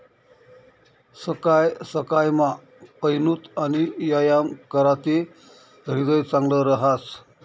सकाय सकायमा पयनूत आणि यायाम कराते ह्रीदय चांगलं रहास